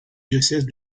diocèse